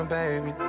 baby